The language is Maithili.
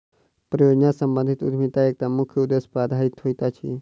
परियोजना सम्बंधित उद्यमिता एकटा मुख्य उदेश्य पर आधारित होइत अछि